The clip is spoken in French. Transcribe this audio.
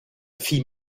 fille